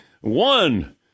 one